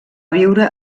viure